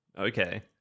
Okay